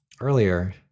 earlier